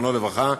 זיכרונו לברכה,